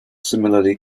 similarly